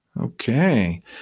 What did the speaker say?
Okay